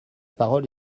parole